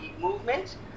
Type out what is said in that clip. movement